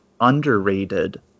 underrated